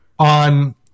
on